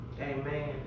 Amen